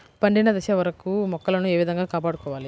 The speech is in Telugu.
పండిన దశ వరకు మొక్కలను ఏ విధంగా కాపాడుకోవాలి?